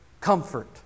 comfort